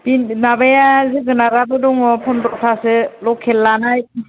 भिन्दि माबाया जोगोनाराबो दंङ' फन्द्र'थासो लकेल लानाय